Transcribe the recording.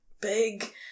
big